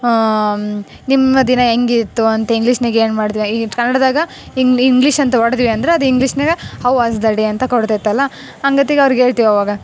ಹಾಂ ನಿಮ್ಮ ದಿನ ಹೆಂಗಿತ್ತು ಅಂತ ಇಂಗ್ಲಿಷ್ನ್ಯಾಗ ಏನು ಮಾಡಿದೆ ಈಗಿದು ಕನ್ನಡದಾಗ ಹಿಂಗೆ ಇಂಗ್ಲೀಷ್ ಅಂತ ಹೊಡೆದ್ವಿ ಅಂದ್ರೆ ಅದು ಇಂಗ್ಲಿಷ್ನ್ಯಾಗ ಹೌ ವಾಸ್ ದ ಡೇ ಅಂತ ಕೊಡ್ತೈತಲ್ಲ ಹಂಗತೆಗೆ ಅವ್ರ್ಗೆ ಹೇಳ್ತೀವಿ ಅವಾಗ